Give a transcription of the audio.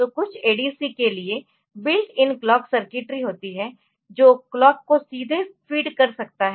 तो कुछ ADC के लिए बिल्ट इन क्लॉक सर्किट्री होती है जो क्लॉक को सीधे फ़ीड कर सकता है